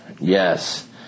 Yes